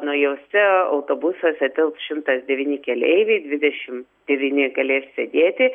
naujuose autobusuose telps šimtas devyni keleiviai dvidešimt devyni galės sėdėti